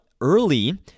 early